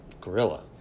gorilla